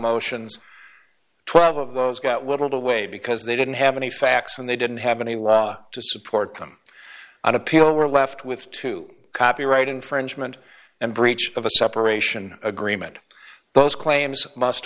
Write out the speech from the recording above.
motions twelve of those got whittled away because they didn't have any facts and they didn't have any law to support them on appeal were left with two copyright infringement and breach of a separation agreement those claims must